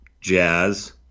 Jazz